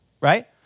right